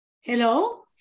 Hello